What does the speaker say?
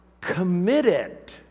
committed